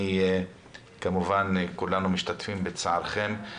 כמובן שכולנו משתתפים בצערכם.